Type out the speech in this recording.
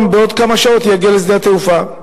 ובעוד כמה שעות הוא יגיע לשדה התעופה.